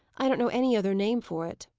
i don't know any other name for it.